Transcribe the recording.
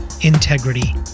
integrity